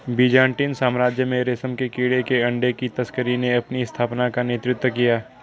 Byzantine साम्राज्य में रेशम के कीड़े के अंडे की तस्करी ने अपनी स्थापना का नेतृत्व किया